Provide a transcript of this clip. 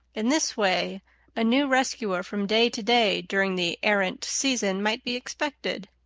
in this way a new rescuer from day to day during the errant season might be expected.